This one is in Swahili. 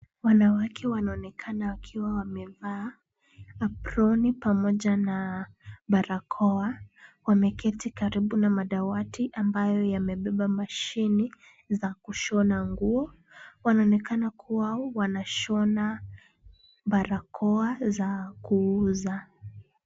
Wanawake wanaonekana wakiwa wamevaa aproni pamoja na barakoa. Wameketi karibu na madawati ambayo yamebeba mashini za kushona nguo. Wanaonekana kuwa wanashona barakoa za kuuza.